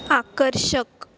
आकर्षक